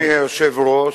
אדוני היושב-ראש,